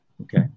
Okay